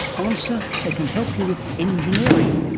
answer, they can help you with engineering.